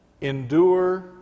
Endure